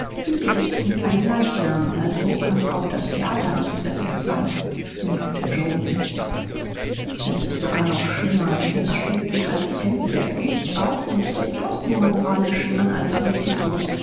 lüge ist und ein leichnam also kann auch das theater nichts besseres sein bemerkte yoe düster es ist sogar noch schlimmer denn es spielt sich als tempel der kunst auf und sät doch nur moralischen analphabetismus